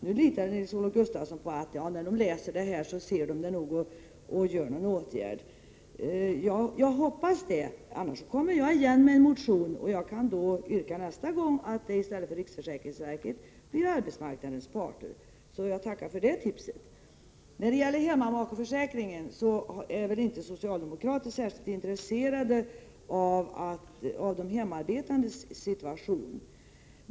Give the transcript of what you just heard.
Nu litar Nils-Olof Gustafsson på att det skall hända något när de läser riksdagstrycket. Jag hoppas det, annars kommer jag igen med en motion, och jag kan nästa gång yrka att arbetsmarknadens parter i stället för riksförsäkringsverket skall få detta uppdrag. Jag tackar för tipset. När det gäller hemmamakeförsäkringen vill jag säga att socialdemokrater väl inte är särskilt intresserade av de hemarbetandes situation.